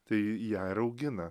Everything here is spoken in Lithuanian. tai ją ir augina